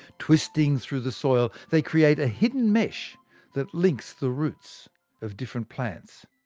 twisting through the soil, they create a hidden mesh that links the roots of different plants.